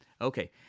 Okay